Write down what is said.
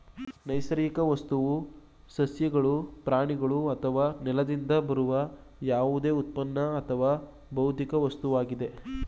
ನೈಸರ್ಗಿಕ ವಸ್ತುವು ಸಸ್ಯಗಳು ಪ್ರಾಣಿಗಳು ಅಥವಾ ನೆಲದಿಂದ ಬರುವ ಯಾವುದೇ ಉತ್ಪನ್ನ ಅಥವಾ ಭೌತಿಕ ವಸ್ತುವಾಗಿದೆ